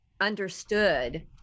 understood